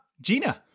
Gina